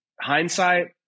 hindsight